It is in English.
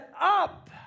up